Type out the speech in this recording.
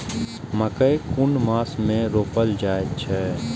मकेय कुन मास में रोपल जाय छै?